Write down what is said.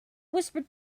whispered